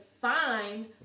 find